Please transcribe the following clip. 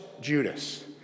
Judas